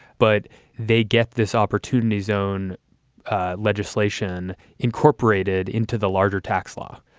but they get this opportunity zone legislation incorporated into the larger tax law.